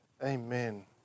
Amen